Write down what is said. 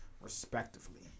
respectively